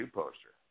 poster